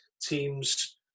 teams